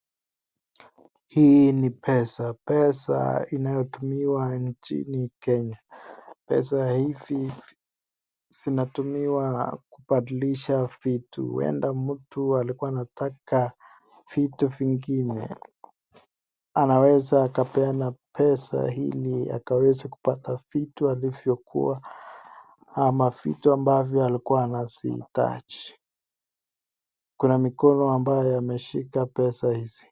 Hii ni pesa. Pesa inayotumiwa nchini Kenya. Pesa hivi sinatumiwa kubadilisha vitu. Huenda mtu alikuwa anataka vitu vingine. Anaweza akapeana pesa ili akaweze kupata vitu alivyokuwa ama vitu ambavyo alikuwa anasitaji. Kuna mikono ambayo ameshika pesa hii.